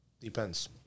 Depends